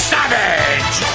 Savage